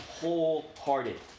wholehearted